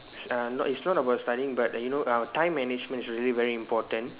uh no it's not about studying but you know uh time management is really very important